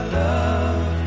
love